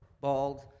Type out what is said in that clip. bald